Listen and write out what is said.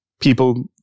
people